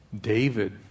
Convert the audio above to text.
David